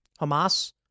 Hamas